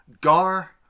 Gar